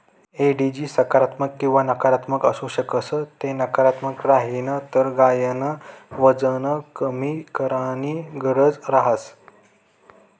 एडिजी सकारात्मक किंवा नकारात्मक आसू शकस ते नकारात्मक राहीन तर गायन वजन कमी कराणी गरज रहस